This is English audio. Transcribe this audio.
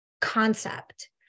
concept